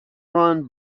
run